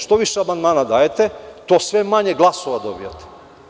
Što više amandmana dajete, to sve manje glasova dobijate.